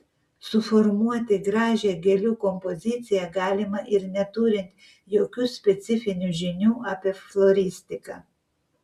suformuoti gražią gėlių kompoziciją galima ir neturint jokių specifinių žinių apie floristiką